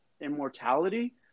immortality